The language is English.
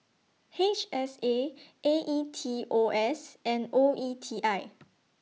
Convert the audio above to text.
H S A A E T O S and O E T I